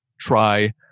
try